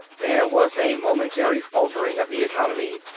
there was a momentary faltering of the economy,